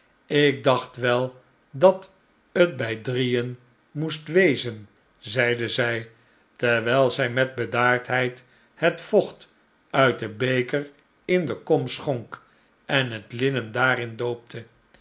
ik dacht wel dat het bij drieen moest wezen zeide zij terwijl zij met bedaardheid het vocht uit den beker in de kom schonk en het linnen daarin doopte